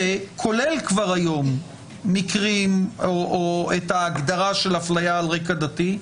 שכולל כבר היום את ההגדרה של ההפליה על רקע דתי,